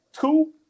two